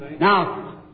Now